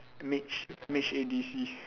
mage mage A D C